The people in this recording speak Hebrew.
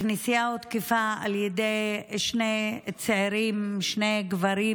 הכנסייה הותקפה על ידי שני צעירים, שני גברים